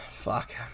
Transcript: Fuck